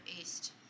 east